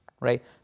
right